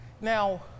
Now